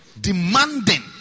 demanding